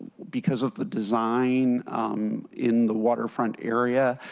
because of the design in the waterfront area,